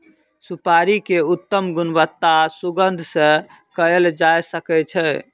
सुपाड़ी के उत्तम गुणवत्ता सुगंध सॅ कयल जा सकै छै